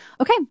okay